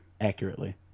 accurately